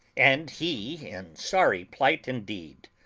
and he in sorry plight indeed.